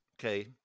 Okay